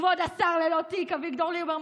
כבוד השר ללא תיק אלי אבידר,